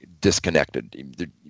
disconnected